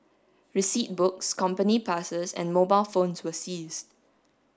receipt books company passes and mobile phones were seized